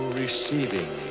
receiving